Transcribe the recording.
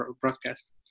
broadcast